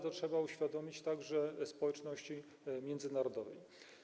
Trzeba to uświadomić także społeczności międzynarodowej.